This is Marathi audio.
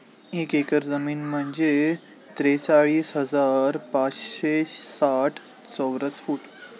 एक एकर जमीन म्हणजे त्रेचाळीस हजार पाचशे साठ चौरस फूट